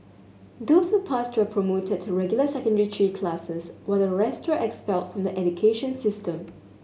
those who passed were promoted to regular Secondary Three classes while the rest expelled from the education system